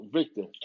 Victor